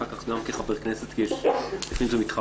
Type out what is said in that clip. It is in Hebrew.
אחר כך גם כחבר כנסת כי לפעמים זה מתחבר,